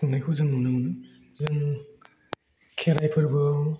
खुंनायखौ जों नुनो मोनो जों खेराइ फोरबोआव